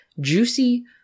juicy